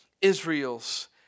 Israel's